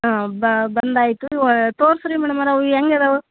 ಹಾಂ ಬಂದಾಯಿತು ತೋರ್ಸಿ ರೀ ಮ್ಯಾಡಮರೆ ಅವು ಹೆಂಗದಾವು